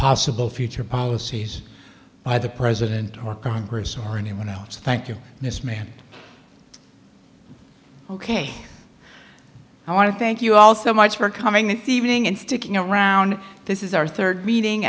possible future policies by the president or congress or anyone else thank you and this man ok i want to thank you all so much for coming in the evening and sticking around this is our third meeting